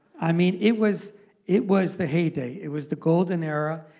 i mean, it was it was the heyday. it was the golden era.